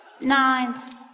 Nines